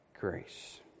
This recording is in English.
grace